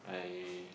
I